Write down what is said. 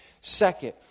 Second